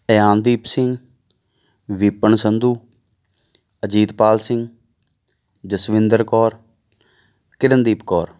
Iandeep Singh Vipan Sandhu Ajitpal Singh Jaswinder Kaur Kirandeep Kaur